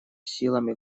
силами